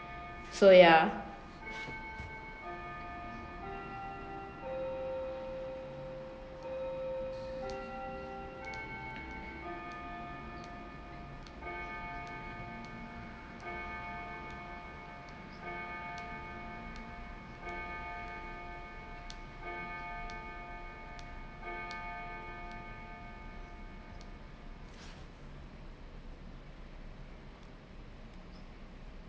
so yeah